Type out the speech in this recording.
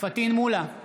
פטין מולא,